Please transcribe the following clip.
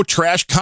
Trash